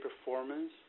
performance